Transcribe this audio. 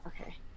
okay